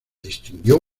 distinguió